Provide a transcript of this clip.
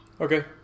okay